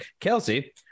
Kelsey